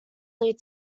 they